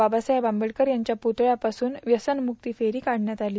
बाबासाहेब आंबेडकर यांच्या पुतळ्या पासून व्यसन मुक्ती फेरी काढण्यात आली